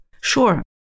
Sure